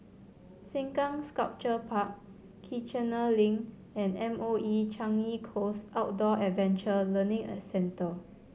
Sengkang Sculpture Park Kiichener Link and M O E Changi Coast Outdoor Adventure Learning Centre